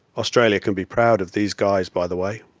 australia can be proud of these guys by the way.